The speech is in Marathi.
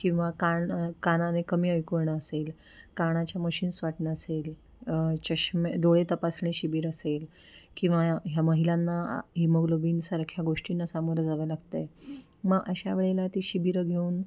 किंवा काण कानाने कमी ऐकू येणं असेल कानाच्या मशीन्स वाटणं असेल चष्मे डोळे तपासणी शिबिर असेल किंवा ह्या महिलांना हिमोग्लोबीनसारख्या गोष्टींना सामोरं जावं लागतं आहे मग अशा वेळेला ती शिबिरं घेऊन